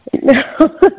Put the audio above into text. No